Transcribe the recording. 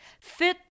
fit